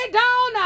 down